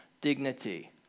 dignity